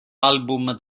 album